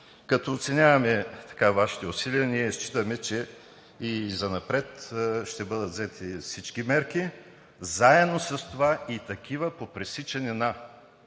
Като оценяваме Вашите усилия, ние считаме, че и занапред ще бъдат взети всички мерки, заедно с това и такива по пресичане на